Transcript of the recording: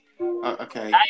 Okay